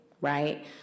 right